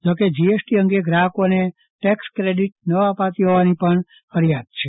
જોકે જીએસટી અંગે ગ્રાહકોને ટેક્સ ક્રેડિટ ન અપાતી હોવાની પણ ફરિયાદો છે